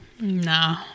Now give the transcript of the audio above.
No